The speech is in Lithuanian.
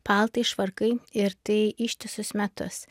paltai švarkai ir tai ištisus metus